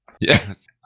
Yes